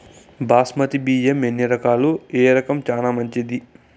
బాస్మతి బియ్యం ఎన్ని రకాలు, ఏ రకం చానా మంచిది?